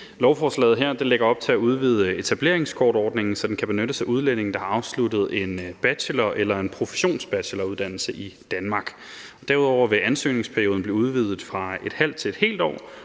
Lovforslaget her lægger op til at udvide etableringskortordningen, så den kan benyttes af udlændinge, der har afsluttet en bachelor eller en professionsbacheloruddannelse i Danmark. Derudover vil ansøgningsperioden blive udvidet fra et halvt år til et helt år,